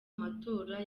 matora